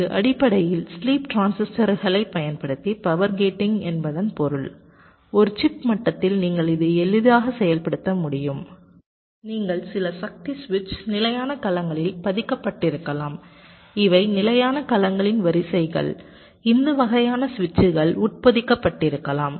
இது அடிப்படையில் ஸ்லீப் டிரான்சிஸ்டர்களைப் பயன்படுத்தி பவர் கேட்டிங் என்பதன் பொருள் ஒரு சிப் மட்டத்தில் நீங்கள் இதை எளிதாக செயல்படுத்த முடியும் நீங்கள் சில சக்தி சுவிட்ச் நிலையான கலங்களில் பதிக்கப்பட்டிருக்கலாம் இவை நிலையான கலங்களின் வரிசைகள் இந்த வகையான சுவிட்சுகள் உட்பொதிக்கப்பட்டிருக்கலாம்